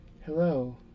hello